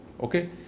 okay